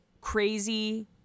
crazy